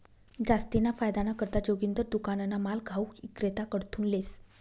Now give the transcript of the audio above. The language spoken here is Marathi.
जास्तीना फायदाना करता जोगिंदर दुकानना माल घाऊक इक्रेताकडथून लेस